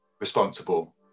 responsible